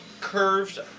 curved